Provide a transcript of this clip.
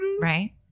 Right